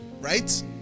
right